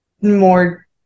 more